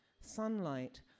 sunlight